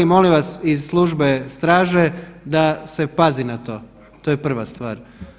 Molim vas iz službe straže da se pazi na to, to je prva stvar.